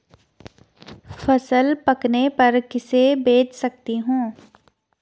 फसल पकने पर किसे बेच सकता हूँ?